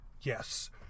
Yes